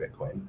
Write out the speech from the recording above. Bitcoin